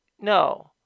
no